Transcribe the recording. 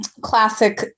classic